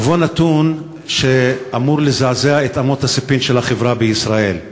ובו נתון שאמור לזעזע את אמות הספים של החברה בישראל,